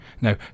Now